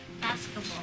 Basketball